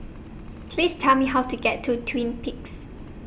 Please Tell Me How to get to Twin Peaks